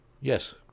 Yes